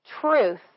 Truth